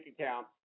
account